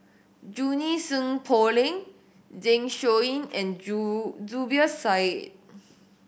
Junie Sng Poh Leng Zeng Shouyin and Zubir Said